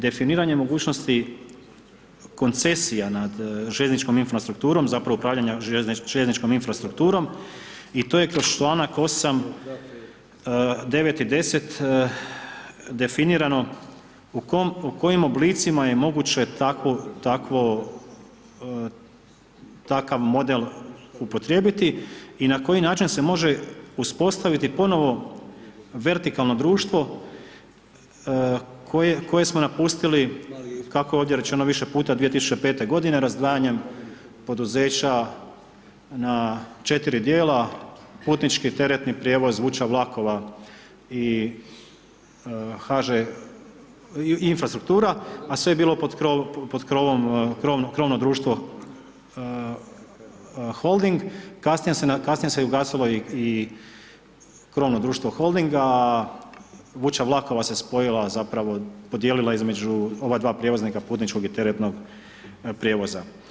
Definiranje mogućnosti koncesija nad željezničkom infrastrukturom, zapravo upravljanja željezničkom infrastrukturom i to je kroz čl. 8., 9 i 10 definirano u kojem oblicima je moguće takav model upotrijebiti i na koji način se može uspostaviti ponovo vertikalno društvo koje smo napustili, kako je ovdje rečeno više puta 2005.-te godine razdvajanjem poduzeća na 4 dijela, Putnički teretni prijevoz, Vuča vlakova i HŽ Infrastruktura, a sve je bilo pod krovom, krovno društvo Holding, kasnije se ugasilo i krovno društvo Holdinga, a Vuča vlakova se spojila zapravo podijelila između ova dva prijevoznika, putničkog i teretnog prijevoza.